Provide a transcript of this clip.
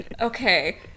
Okay